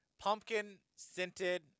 pumpkin-scented